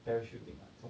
parachuting ah 从